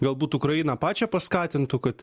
galbūt ukrainą pačią paskatintų kad